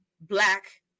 black